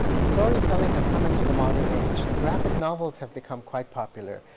storytelling has come into the modern age. graphic novels have become quite popular.